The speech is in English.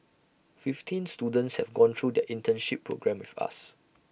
fifteen students have gone through their internship programme with us